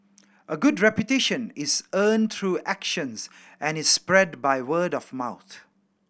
a good reputation is earned through actions and is spread by word of mouth